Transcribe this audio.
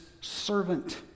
servant